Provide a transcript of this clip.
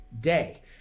day